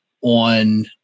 on